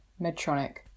Medtronic